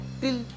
till